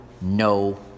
no